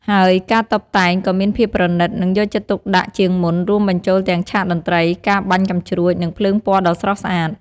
ហើយការតុបតែងក៏មានភាពប្រណីត និងយកចិត្តទុកដាក់ជាងមុន រួមបញ្ចូលទាំងឆាកតន្ត្រី ការបាញ់កាំជ្រួច និងភ្លើងពណ៌ដ៏ស្រស់ស្អាត។